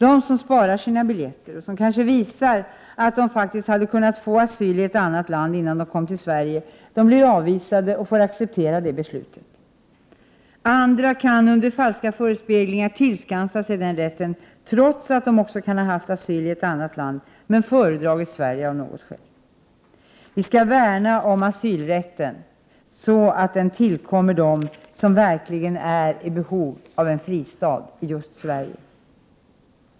De som sparar sina biljetter, som kanske visar att de faktiskt hade kunnat få asyl i ett annat land innan de kom till Sverige, blir ju avvisade och får acceptera beslutet. Andra kan under falska förespeglingar tillskansa sig den rätten, trots att de också kan ha haft asyli ett annat land, men föredragit Sverige av något skäl. Vi skall värna om asylrätten så att den tillkommer dem som verkligen är i behov av en fristad just i Sverige.